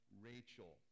Rachel